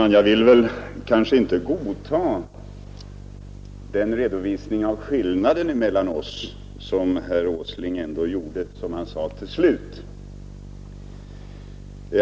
Herr talman! Jag kan inte riktigt godta den redovisning av skillnaden mellan oss som herr Åsling ändå gjorde — som han sade — till slut.